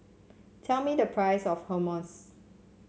tell me the price of Hummus